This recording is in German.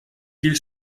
viel